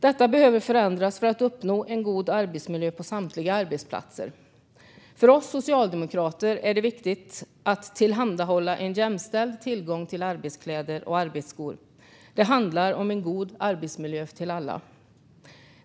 Detta behöver förändras för att uppnå en god arbetsmiljö på samtliga arbetsplatser. För oss socialdemokrater är det viktigt att tillhandahålla en jämställd tillgång till arbetskläder och arbetsskor. Det handlar om en god arbetsmiljö för alla.